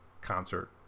concert